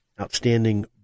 outstanding